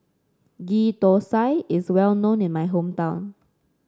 Ghee Thosai is well known in my hometown